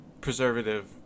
preservative